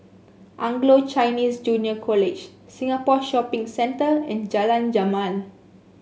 Anglo Chinese Junior College Singapore Shopping Centre and Jalan Jamal